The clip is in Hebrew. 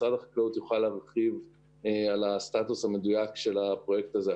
משרד החקלאות יוכל להרחיב על הסטטוס המדויק של הפרויקט הזה.